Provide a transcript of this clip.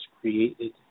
created